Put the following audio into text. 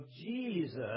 Jesus